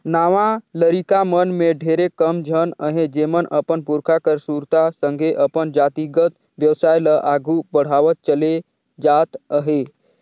नावा लरिका मन में ढेरे कम झन अहें जेमन अपन पुरखा कर सुरता संघे अपन जातिगत बेवसाय ल आघु बढ़ावत चले जात अहें